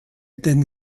den